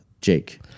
Jake